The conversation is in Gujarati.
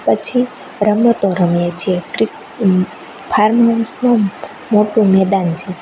પછી રમતો રમીએ છીએ ફાર્મર્સનું મોટું મેદાન છે